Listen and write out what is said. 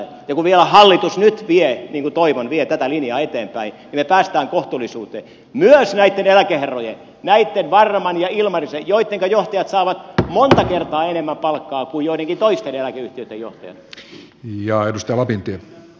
ja kun vielä hallitus nyt vie niin kuin toivon tätä linjaa eteenpäin niin me pääsemme kohtuullisuuteen myös näitten eläkeherrojen kohdalla näitten varman ja ilmarisen johtajien jotka saavat monta kertaa enemmän palkkaa kuin joidenkin toisten eläkeyhtiöitten johtajat